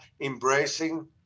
embracing